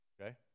okay